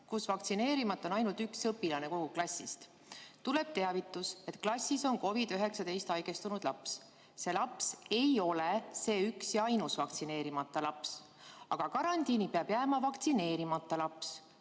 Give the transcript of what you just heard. kus vaktsineerimata on ainult üks õpilane kogu klassist. Tuleb teavitus, et klassis on COVID‑19-sse haigestunud laps. See laps ei ole see üks ja ainus vaktsineerimata laps. Aga karantiini peab jääma vaktsineerimata laps.